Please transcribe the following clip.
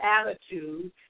attitude